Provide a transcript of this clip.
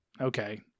okay